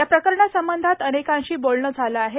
या प्रकरणा संबंधात अनेकांशी बोलणं झालं आहे